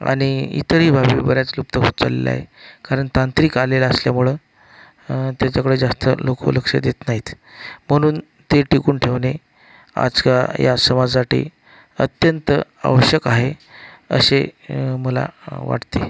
आणि इतरही बाबी बऱ्याच लुप्त होत चाललेल्या आहे कारण तांत्रिक आलेलं असल्यामुळं त्याच्याकडे जास्त लोकं लक्ष देत नाहीत म्हणून ते टिकून ठेवणे आज या समाजासाठी अत्यंत आवश्यक आहे असे मला वाटते